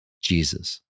Jesus